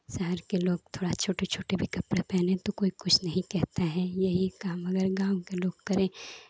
शहर के लोग थोड़ा छोटे छोटे भी कपड़े पहने तो कोई कुछ नहीं कहता है यही काम अगर गाँव का लोग करे